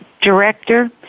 director